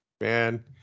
man